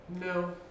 No